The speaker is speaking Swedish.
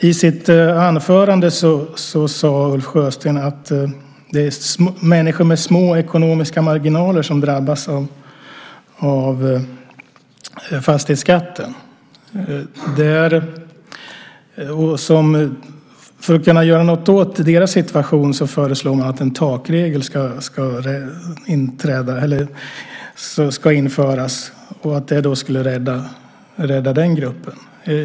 I sitt huvudanförande sade Ulf Sjösten att det är människor med små ekonomiska marginaler som drabbas av fastighetsskatten. För att kunna göra något åt deras situation föreslår man att det införs en takregel, vilket skulle rädda den gruppen.